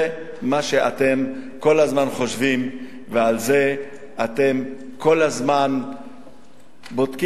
זה מה שאתם כל הזמן חושבים ועל זה אתם כל הזמן בודקים,